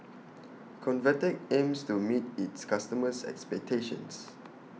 Convatec aims to meet its customers' expectations